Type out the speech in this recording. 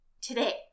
Today